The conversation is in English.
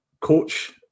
coach